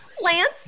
Lance